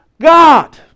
God